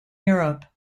europe